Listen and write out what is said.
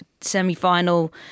semi-final